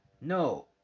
no